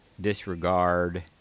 disregard